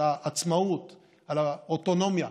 על העצמאות ועל האוטונומיה,